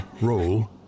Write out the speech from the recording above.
roll